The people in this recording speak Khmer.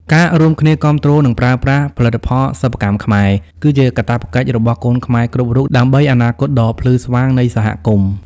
ការរួមគ្នាគាំទ្រ និងប្រើប្រាស់ផលិតផលសិប្បកម្មខ្មែរ គឺជាកាតព្វកិច្ចរបស់កូនខ្មែរគ្រប់រូប ដើម្បីអនាគតដ៏ភ្លឺស្វាងនៃសហគមន៍។